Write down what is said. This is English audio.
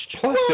Plus